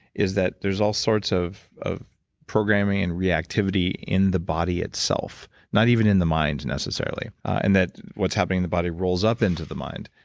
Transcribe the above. is that there's all sorts of of programming and reactivity in the body itself, not even in the mind necessarily, and that what's happening in the body rolls up into the mind,